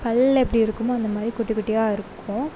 பல் எப்படி இருக்குமோ அந்த மாதிரி குட்டி குட்டியாக இருக்கும்